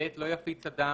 "(ב)לא יפיץ אדם,